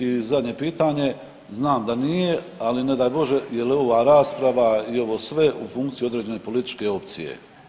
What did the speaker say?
I zadnje pitanje, znam da nije, ali ne daj Bože je li ova rasprava i ovo sve u funkciji određene političke opcije?